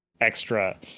extra